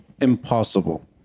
impossible